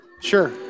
Sure